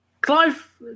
clive